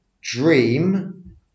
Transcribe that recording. dream